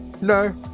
No